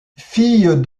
fille